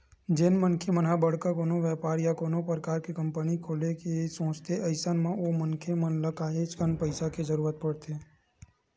जेन मनखे मन ह बड़का कोनो बेपार या कोनो परकार के कंपनी खोले के सोचथे अइसन म ओ मनखे मन ल काहेच कन पइसा के जरुरत परथे